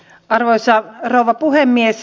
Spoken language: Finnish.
arvoisa rouva puhemies